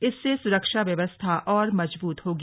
इससे सुरक्षा व्यवस्था और मजबूत होगी